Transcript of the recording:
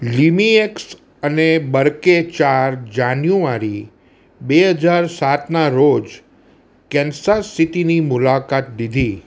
remix અને બર્કે ચાર જાન્યુઆરી બે હજાર સાતના રોજ કેન્સસ સિટીની મુલાકાત લીધી